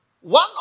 One